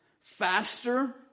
faster